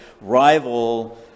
rival